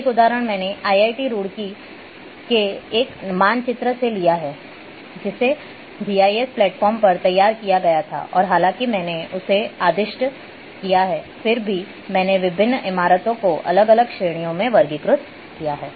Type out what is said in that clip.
एक उदाहरण मैंने IIT रुड़की के एक मानचित्र से लिया है जिसे जीआईएस प्लेटफॉर्म पर तैयार किया गया था और हालांकि मैंने उसे आदिष्ट किया है फिर भी मैंने विभिन्न इमारतों को अलग अलग श्रेणियों में वर्गीकृत किया है